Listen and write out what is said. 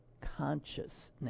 consciousness